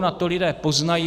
A to lidé poznají.